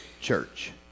church